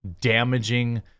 damaging